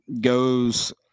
goes –